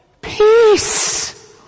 peace